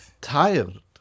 tired